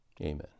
amen